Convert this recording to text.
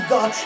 God